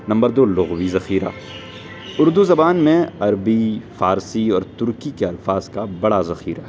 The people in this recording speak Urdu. نمبر دو لغوی ذخیرہ اردو زبان میں عربی فارسی اور ترکی کے الفاظ کا بڑا ذخیرہ ہے